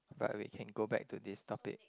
but we can go back to this topic